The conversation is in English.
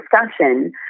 discussion